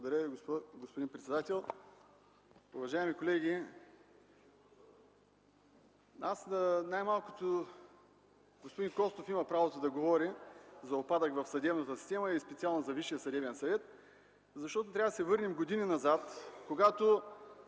Благодаря Ви, господин председател. Уважаеми колеги, най-малкото господин Костов има право да говори за упадък в съдебната система и специално за Висшия съдебен съвет. Трябва да се върнем години назад, когато